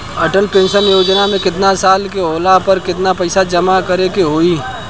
Atal pension योजना मे केतना साल के होला पर केतना पईसा जमा करे के होई?